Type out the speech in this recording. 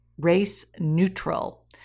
race-neutral